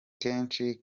kenshi